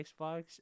Xbox